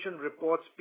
reports